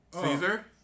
Caesar